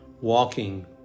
walking